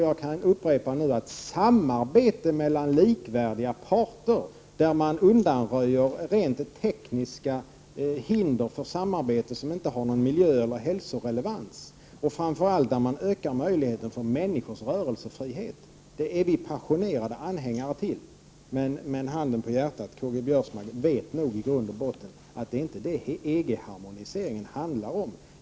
Jag kan upprepa det jag sade, nämligen att samarbete mellan likvärdiga parter, där man undanröjer rent tekniska hinder för samarbete som inte har någon miljöeller hälsorelevans utan i stället och framför allt ökar möjligheterna för människors rörelsefrihet, är vi passionerade anhängare av. Men, handen på hjärtat, Karl-Göran Biörsmark vet nog mycket väl att det inte är vad EG-harmoniseringen handlar om.